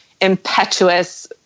impetuous